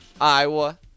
iowa